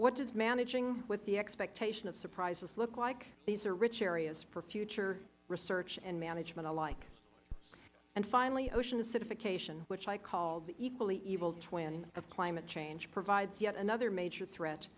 what does managing with the expectation of surprises look like these are rich areas for future research and management alike and finally ocean acidification which i call the equally evil twin of climate change provides yet another major threat